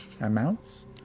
amounts